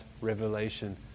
revelation